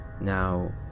Now